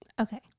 Okay